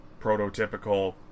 prototypical